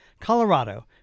Colorado